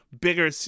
bigger